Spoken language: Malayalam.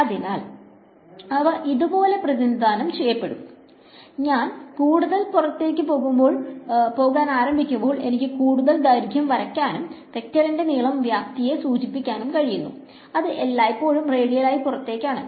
അതിനാൽ അവ ഇതുപോലെ പ്രതിനിധാനം ചെയ്യപ്പെടും ഞാൻ കൂടുതൽ പുറത്തേക്ക് പോകുമ്പോൾ ആരംഭിക്കുക എനിക്ക് കൂടുതൽ ദൈർഘ്യം വരയ്ക്കാനാകും വെക്റ്ററിന്റെ നീളം വ്യാപ്തിയെ സൂചിപ്പിക്കുന്നു അത് എല്ലായ്പ്പോഴും റേഡിയലായി പുറത്തേക്ക് ആണ്